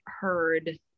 heard